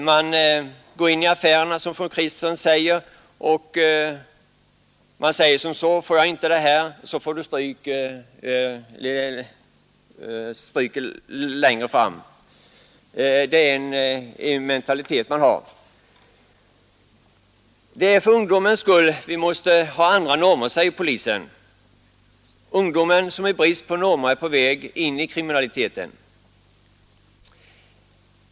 Kriminella element, som fru Kristensson talade om, går in i affärerna och säger: Får jag inte det här nu, så får du stryk förr eller senare! Sådan är mentaliteten. Det är för ungdomens skull vi måste få andra normer, säger polisen. Ungdomen är i brist på normer på väg in i kriminaliteten.